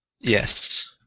Yes